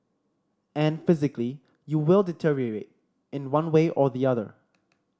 and physically you will deteriorate in one way or the other